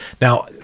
Now